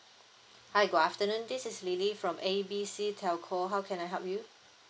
hi good afternoon this is lily from A B C telco how can I help you